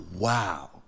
wow